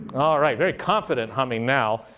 all right. very confident humming now.